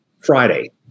Friday